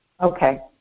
Okay